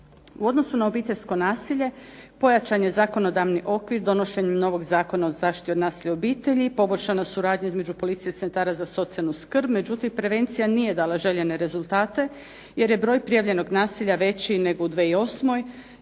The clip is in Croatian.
U odnosu na obiteljsko nasilje pojačan je zakonodavni okvir donošenjem novog Zakona o zaštiti od nasilja u obitelji, poboljšana suradnja između policije i centara za socijalnu skrb, međutim prevencija nije dala željene rezultate, jer je broj prijavljenog nasilja veći nego u 2008.